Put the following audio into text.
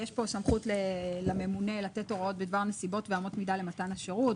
יש פה סמכות לממונה לתת הוראות בדבר נסיבות ואמות מידה למתן השירות,